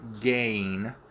gain